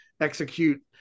execute